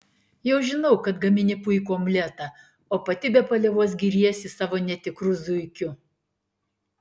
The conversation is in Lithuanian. jau žinau kad gamini puikų omletą o pati be paliovos giriesi savo netikru zuikiu